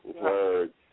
Words